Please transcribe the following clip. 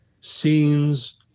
scenes